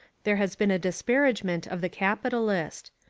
there has been a disparagement of the capitalist.